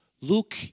Look